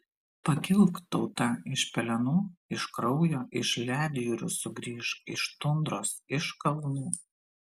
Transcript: pakilk tauta iš pelenų iš kraujo iš ledjūrių sugrįžk iš tundros iš kalnų